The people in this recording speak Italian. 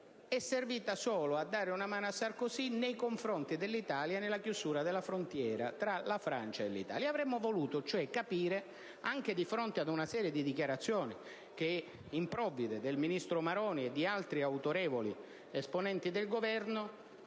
è servita solo a dare una mano a Sarkozy nei confronti dell'Italia per la chiusura della frontiera con la Francia. Avremmo voluto cioè conoscere, anche di fronte a una serie di dichiarazioni improvvide del ministro Maroni e di altri autorevoli esponenti del Governo